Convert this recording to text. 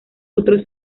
otros